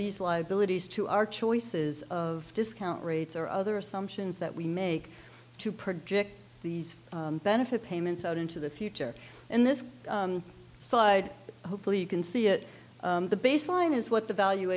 these liabilities to our choices of discount rates or other assumptions that we make to project these benefit payments out into the future and this slide hopefully you can see it the baseline is what the valu